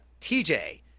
TJ